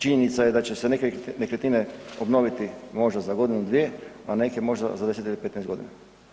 Činjenica je da će se neke nekretnine obnoviti možda za godinu, dvije, a neke možda za 10 ili 15 godina.